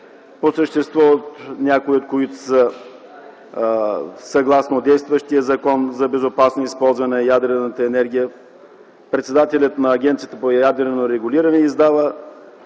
по същество някои от които са съгласно действащия Закон за безопасно използване на ядрената енергия. Председателят на Агенцията по ядрено регулиране издава